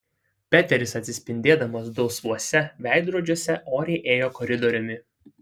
peteris atsispindėdamas dulsvuose veidrodžiuose oriai ėjo koridoriumi